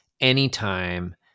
anytime